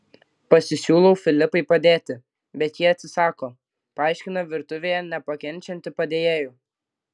pasisiūlau filipai padėti bet ji atsisako paaiškina virtuvėje nepakenčianti padėjėjų